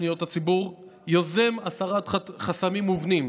פניות הציבור ויוזם הסרת חסמים מובנים,